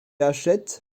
hachette